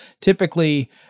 typically